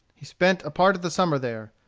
he spent a part of the summer there.